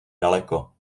daleko